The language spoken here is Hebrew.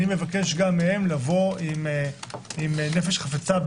אני מבקש גם מהם לבוא בנפש חפצה,